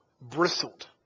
bristled